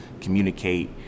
communicate